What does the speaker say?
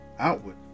Outward